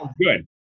good